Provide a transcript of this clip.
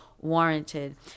Warranted